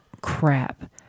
crap